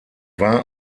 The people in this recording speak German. war